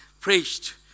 preached